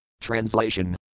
Translation